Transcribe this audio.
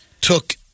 took